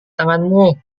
tanganmu